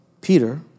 Peter